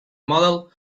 model